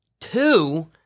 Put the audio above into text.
Two